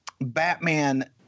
Batman